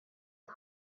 his